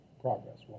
progress